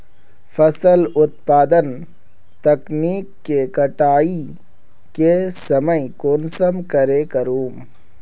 फसल उत्पादन तकनीक के कटाई के समय कुंसम करे करूम?